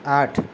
આઠ